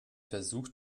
versucht